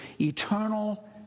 Eternal